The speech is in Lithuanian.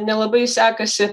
nelabai sekasi